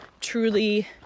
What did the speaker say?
truly